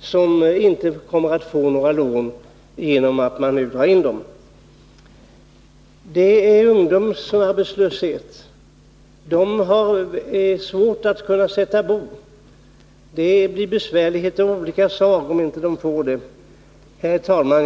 som inte kommer att få några lån på grund av att man nu drar in dessa. Det råder ungdomsarbetslöshet. Det är svårt att sätta bo. De drabbas av besvärligheter av olika slag, om de inte kan få lån. Herr talman!